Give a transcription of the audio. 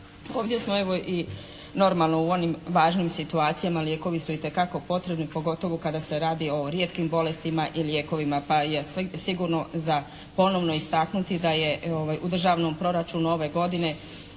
Ovdje smo evo i normalno u onim važnim situacijama lijekovi su itekako potrebni pogotovo kada se radi o rijetkim bolestima i lijekovima pa je sigurno za ponovno istaknuti da je u Državnom proračunu ove godine